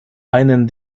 einen